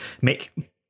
make